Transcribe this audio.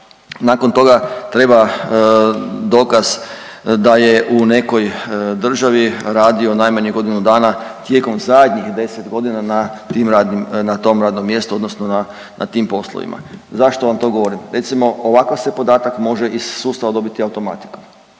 Nakon toga treba dokaz da je u nekoj državi radio najmanje godinu dana tijekom zadnjih 10 godina na tim radnim, na tom radnom mjestu odnosno na tim poslovima. Zašto vam to govorim? Recimo ovakav se podatak može iz sustava dobiti automatikom